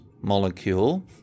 molecule